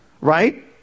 right